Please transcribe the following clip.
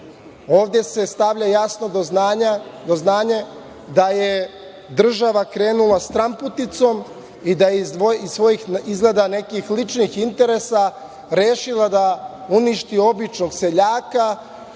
Ovde se stavlja jasno na znanje da je država krenula stranputicom i da je iz svojih nekih izgleda ličnih interesa rešila da uništi običnog seljaka